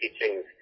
teachings